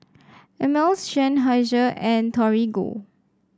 Ameltz Seinheiser and Torigo